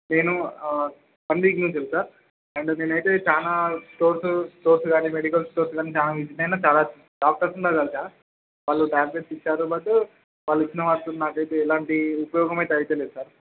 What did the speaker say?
నేను ఆ one week నుంచి సార్ అండ్ నేను అయితే చాలా స్టోర్సూ స్టోర్స్ కానీ మెడికల్ స్టోర్సుని కానీ చాలా డాక్టర్స్ని కూడా కలిసాను వాళ్ళు టాబ్లెట్స్ ఇచ్చారు బట్ వాళ్ళు ఇచ్చిన వాటితో నాకు అయితే ఎలాంటి ఉపయోగం అయితే అవలేదు సార్